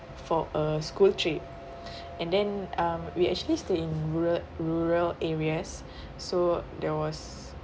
for a school trip and then um we actually stay in rural rural areas so there was